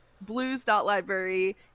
blues.library